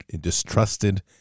distrusted